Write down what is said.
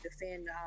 defend